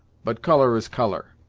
but colour is colour.